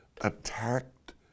attacked